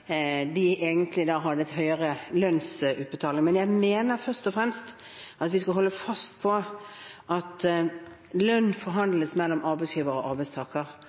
de egentlig hadde høyere lønnsutbetaling. Men jeg mener først og fremst at vi skal holde fast på at lønn forhandles mellom arbeidsgiver og arbeidstaker,